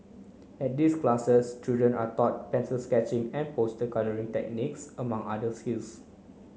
at these classes children are taught pencil sketching and poster colouring techniques among other skills